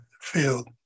field